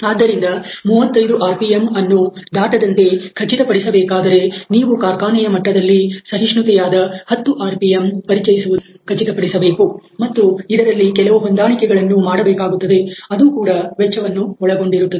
ಆದ್ದರಿಂದ 35 R P M ಯನ್ನು ದಾಟದಂತೆ ಖಚಿತ ಪಡಿಸಬೇಕಾದರೆ ನೀವು ಕಾರ್ಖಾನೆಯ ಮಟ್ಟದಲ್ಲಿ ಸಹಿಷ್ಣುತೆ ಯಾದ 10 ಆರ್ ಪಿ ಎಂ ಅನ್ನು ಪರಿಚಯಿಸುವುದನ್ನು ಖಚಿತಪಡಿಸಬೇಕು ಮತ್ತು ಇದರಲ್ಲಿ ಕೆಲವು ಹೊಂದಾಣಿಕೆಗಳನ್ನು ಮಾಡಬೇಕಾಗುತ್ತದೆ ಅದು ಇಲ್ಲಿ ಕೆಲವು ವೆಚ್ಚವಾಗಿಬಿಡುತ್ತದೆ